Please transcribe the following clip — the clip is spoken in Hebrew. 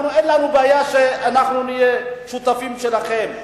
אנחנו, אין לנו בעיה שאנחנו נהיה שותפים שלכם.